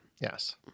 Yes